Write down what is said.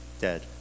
dead